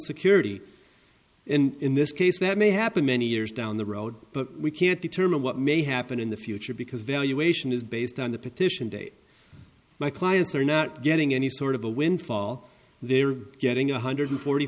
security and in this case that may happen many years down the road but we can't determine what may happen in the future because valuation is based on the petition date my clients are not getting any sort of a windfall they're getting a one hundred forty